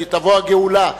שתבוא הגאולה.